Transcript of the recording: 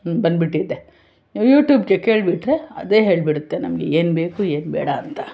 ಬಂದುಬಿಟ್ಟಿದೆ ಯೂಟ್ಯೂಬ್ಗೆ ಕೇಳಿಬಿಟ್ರೆ ಅದೇ ಹೇಳಿಬಿಡುತ್ತೆ ನಮಗೆ ಏನು ಬೇಕು ಏನು ಬೇಡ ಅಂತ